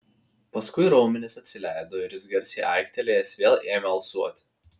paskui raumenys atsileido ir jis garsiai aiktelėjęs vėl ėmė alsuoti